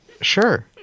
Sure